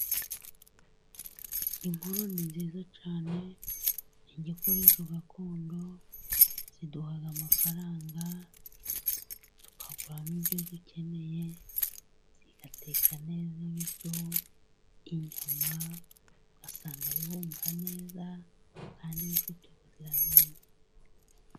Inkono ni nziza cyane, ni igikoresho gakondo, ziduha amafaranga. Tukaguramo ibyo dukeneye zigateka neza ibiryo, inyama, ugasanga bihumura neza, kandi bifite ubuziranenge.